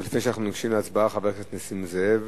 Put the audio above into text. לפני שאנחנו ניגשים להצבעה, חבר הכנסת נסים זאב